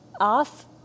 off